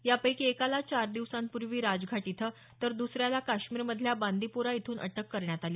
यापैकी एकाला चार दिवसांपूर्वी राजघाट इथं तर दुसऱ्याला काश्मीरमधल्या बांदिपोरा इथून अटक करण्यात आली